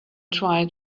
tried